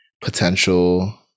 potential